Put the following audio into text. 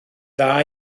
dda